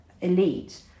elite